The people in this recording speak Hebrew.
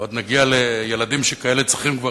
עוד נגיע לילדים שכאלה צריכים כבר